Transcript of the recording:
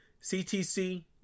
CTC